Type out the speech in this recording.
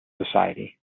society